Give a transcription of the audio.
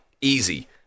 easy